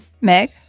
Meg